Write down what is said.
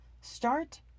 start